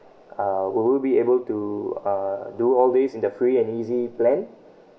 uh will we be able to uh do all these in the free and easy plan